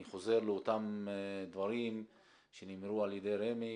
אני חוזר לאותם דברים שנאמרו על ידי רמ"י,